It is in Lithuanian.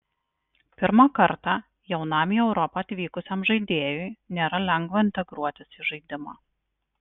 pirmą kartą jaunam į europą atvykusiam žaidėjui nėra lengva integruotis į žaidimą